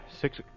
Six